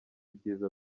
byiza